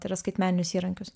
tai yra skaitmeninius įrankius